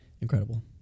incredible